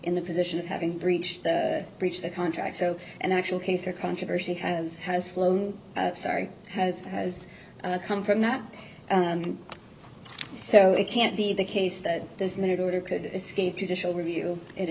in the position of having breached the breach the contract so an actual case or controversy has has flown sorry has has come from not so it can't be the case that this minute order could escape judicial review